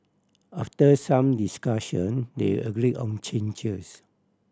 after some discussion they agreed on changes